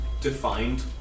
defined